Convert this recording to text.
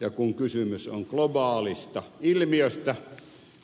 ja kun kysymys on globaalista ilmiöstä